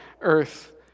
earth